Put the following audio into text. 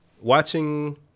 Watching